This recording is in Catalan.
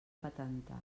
patentar